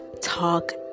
talk